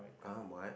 ah what